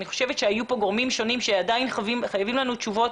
אני חושבת שהיו כאן גורמים שונים שעדיין חייבים לנו תשובות,